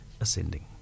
Ascending